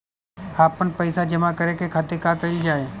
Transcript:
आपन पइसा जमा करे के खातिर का कइल जाइ?